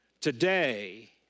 Today